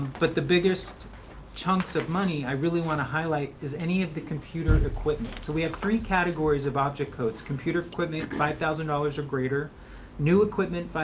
but the biggest chunks of money i really want to highlight is any of the computer equipment. so we have three categories of object codes computer equipment, five thousand dollars or greater new equipment,